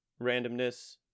randomness